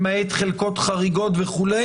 למעט חלקות חריגות וכו',